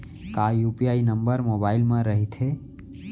का UPI number mobile म रहिथे?